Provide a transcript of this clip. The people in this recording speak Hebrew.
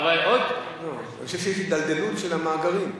אבל עוד, אני חושב שיש הידלדלות של המאגרים,